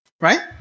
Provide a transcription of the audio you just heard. Right